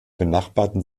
benachbarten